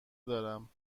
دارم